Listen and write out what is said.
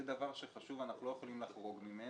זה דבר שהוא חשוב ואנחנו לא יכולים לחרוג ממנו.